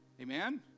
Amen